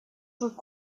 faut